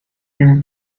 une